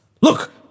Look